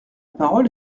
parole